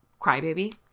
Crybaby